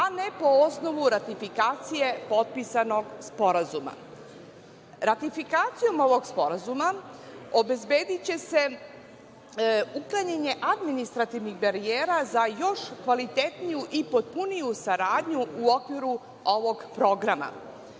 a ne po osnovu ratifikacije potpisanog sporazuma. Ratifikacijom ovog sporazuma obezbediće se uklanjanje administrativnih barijera za još kvalitetniju i potpuniju saradnju u okviru ovog programa. Inače,